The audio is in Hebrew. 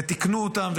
תיקנו אותם,